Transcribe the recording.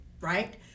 right